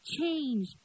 change